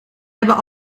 hebben